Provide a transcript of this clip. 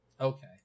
Okay